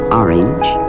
orange